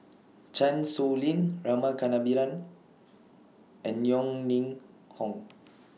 Chan Sow Lin Rama Kannabiran and Yeo Ning Hong